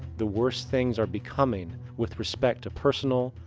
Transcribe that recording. the worse things are becoming with respect to personal,